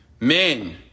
Men